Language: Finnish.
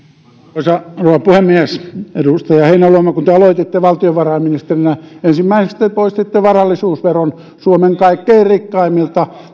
arvoisa rouva puhemies edustaja heinäluoma kun te aloititte valtiovarainministerinä ensimmäiseksi te te poistitte varallisuusveron suomen kaikkein rikkaimmilta